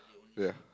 yeah